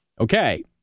Okay